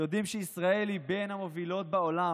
יודעים שישראל היא בין המובילות בעולם